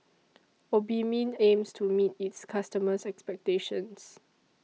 Obimin aims to meet its customers' expectations